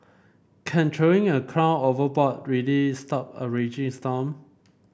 can throwing a crown overboard really stop a raging storm